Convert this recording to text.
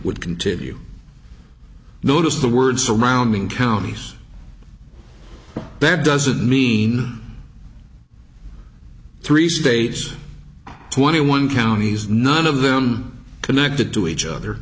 would continue notice the word surrounding counties that doesn't mean three states twenty one counties none of them connected to each other